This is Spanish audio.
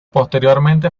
posteriormente